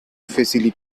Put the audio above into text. facility